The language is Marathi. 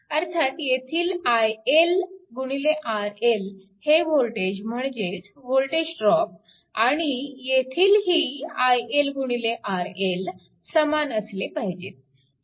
अर्थात येथील iL RL हे वोल्टेज म्हणजेच वोल्टेज ड्रॉप आणि येथीलही iL RL समान असले पाहिजेत